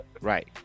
Right